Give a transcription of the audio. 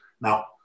Now